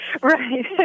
Right